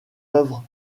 œuvres